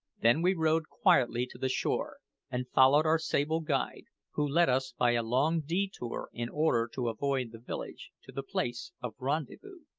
then we rowed quietly to the shore and followed our sable guide, who led us by a long detour in order to avoid the village, to the place of rendezvous.